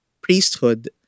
priesthood